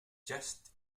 just